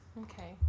Okay